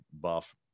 buff